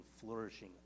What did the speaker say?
flourishing